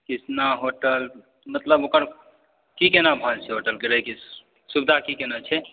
Krishna hotel मतलब की केना भाॅंज छै होटलके सुविधा की केना छै